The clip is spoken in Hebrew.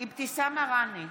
אבתיסאם מראענה,